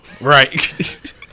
right